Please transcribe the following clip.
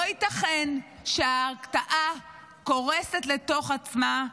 לא ייתכן שההרתעה קורסת לתוך עצמה,